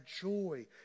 joy